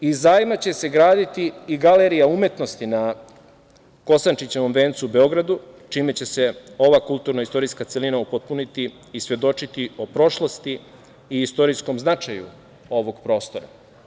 Iz zajma će se graditi i Galerija umetnosti na Kosančićevom vencu u Beogradu, čime će se ova kulturno-istorijska celina upotpuniti i svedočiti o prošlosti i istorijskom značaju ovog prostora.